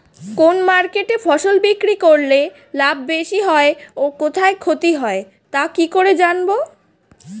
কোন মার্কেটে ফসল বিক্রি করলে লাভ বেশি হয় ও কোথায় ক্ষতি হয় তা কি করে জানবো?